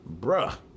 Bruh